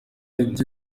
ibyo